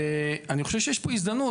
ואני חושב שיש פה הזדמנות.